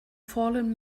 fallen